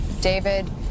David